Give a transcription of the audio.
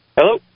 Hello